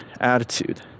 attitude